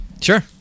Sure